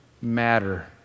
matter